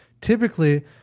typically